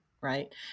right